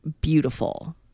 beautiful